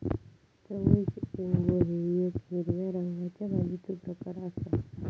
चवळीचे शेंगो हे येक हिरव्या रंगाच्या भाजीचो प्रकार आसा